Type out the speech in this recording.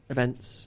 Events